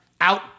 out